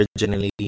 originally